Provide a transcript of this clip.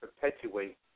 perpetuate